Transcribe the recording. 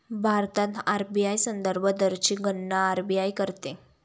भारतात आर.बी.आय संदर्भ दरची गणना आर.बी.आय करते